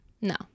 No